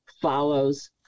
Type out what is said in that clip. follows